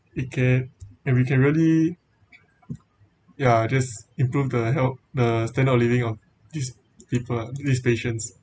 it can and we can really yeah just improve the help the standard of living of these people these patients